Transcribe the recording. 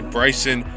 Bryson